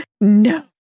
no